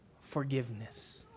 forgiveness